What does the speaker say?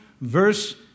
verse